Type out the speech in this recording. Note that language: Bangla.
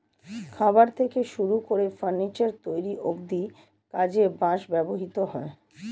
খাবার থেকে শুরু করে ফার্নিচার তৈরি অব্ধি কাজে বাঁশ ব্যবহৃত হয়